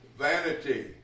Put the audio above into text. vanity